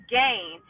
gain